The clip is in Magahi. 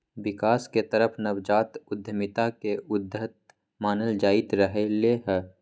विकास के तरफ नवजात उद्यमिता के उद्यत मानल जाईंत रहले है